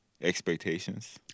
expectations